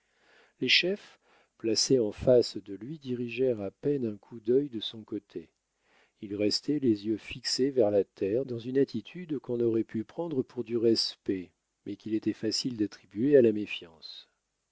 les chefs placés en face de lui dirigèrent à peine un coup d'œil de son côté ils restaient les yeux fixés vers la terre dans une attitude qu'on aurait pu prendre pour du respect mais qu'il était facile d'attribuer à la méfiance